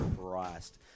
Christ